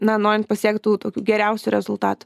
na norint pasiekt tų tokių geriausių rezultatų